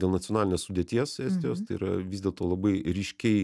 dėl nacionalinės sudėties estijos tai yra vis dėlto labai ryškiai